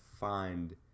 find